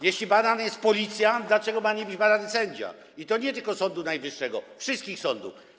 Jeśli badany jest policjant, dlaczego ma nie być badany sędzia, i to nie tylko Sądu Najwyższego, ale wszystkich sądów?